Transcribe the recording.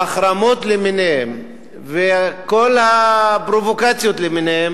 ההחרמות למיניהן וכל הפרובוקציות למיניהן